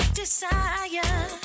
desire